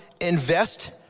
invest